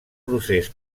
procés